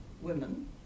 women